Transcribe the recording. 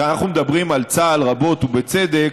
תראה, אנחנו מדברים על צה"ל רבות, ובצדק,